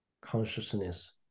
consciousness